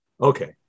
Okay